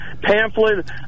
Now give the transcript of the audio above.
pamphlet